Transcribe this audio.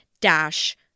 dash